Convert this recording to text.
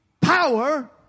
power